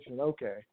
Okay